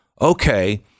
okay